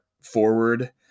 forward